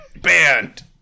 Banned